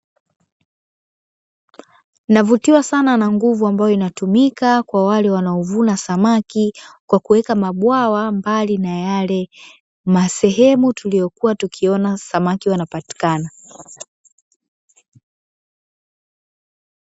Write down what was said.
Navutiwa sana na nguvu ambayo inayotumika kwa wale wanaovuna kwa kuweka mabwawa, mbali na zile sehemu tuliyokuwa tukuona samaki wanapatikana.